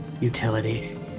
utility